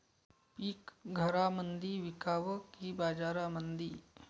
पीक घरामंदी विकावं की बाजारामंदी?